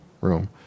room